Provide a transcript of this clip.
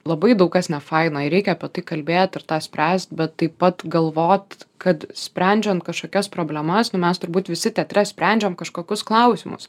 labai daug kas nefaina ir reikia apie tai kalbėt ir tą spręst bet taip pat galvot kad sprendžiant kažkokias problemas nu mes turbūt visi teatre sprendžiam kažkokius klausimus